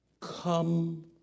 Come